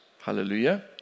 Hallelujah